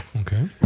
Okay